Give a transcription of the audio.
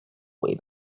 way